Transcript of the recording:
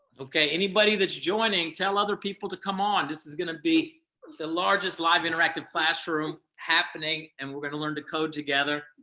okay, anybody that's joining tell other people to come on. this is gonna be the largest live interactive classroom happening and we're going to learn to code together.